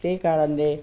त्यही कारणले